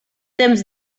temps